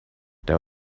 there